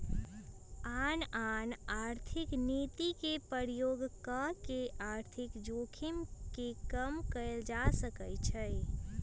आन आन आर्थिक नीति के प्रयोग कऽ के आर्थिक जोखिम के कम कयल जा सकइ छइ